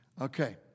Okay